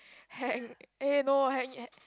hang eh no hang